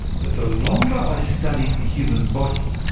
but the longer i studied the human body,